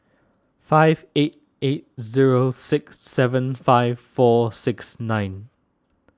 five eight eight zero six seven five four six nine